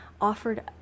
offered